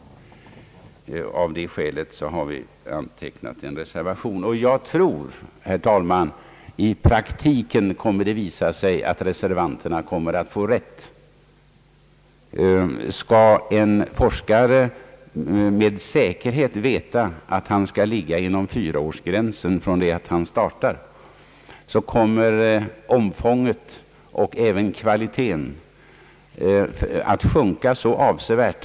Av det skälet har vi antecknat en reservation och jag tror, herr talman, att det i praktiken skall visa sig att reservanterna kommer att få rätt. Om en forskare med säkerhet vet att han måste vara klar inom fyra år från det han startar, så kommer forskningens omfång och även kvalitet att sjunka avsevärt.